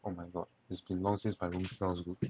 oh my god it's been long since my room smells good